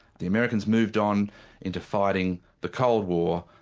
the americans moved on into fighting the cold war,